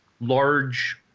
large